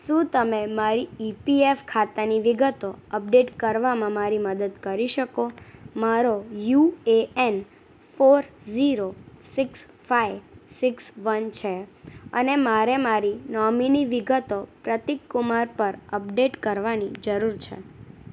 શું તમે મારી ઇ પી એફ ખાતાની વિગતો અપડેટ કરવામાં મારી મદદ કરી શકો મારો U A N four zero six five six one છે અને મારે મારી નોમિની વિગતો પ્રતીક કુમાર પર અપડેટ કરવાની જરૂર છે